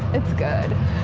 it's good